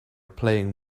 playing